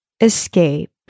escape